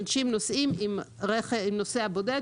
אנשים נוסעים עם נוסע בודד,